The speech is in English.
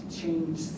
change